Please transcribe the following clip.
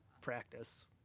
practice